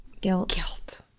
Guilt